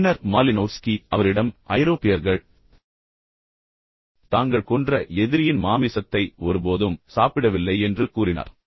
பின்னர் மாலினோவ்ஸ்கி அவரிடம் ஐரோப்பியர்கள் தாங்கள் கொன்ற எதிரியின் மாமிசத்தை ஒருபோதும் சாப்பிடவில்லை என்று கூறினார்